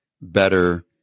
better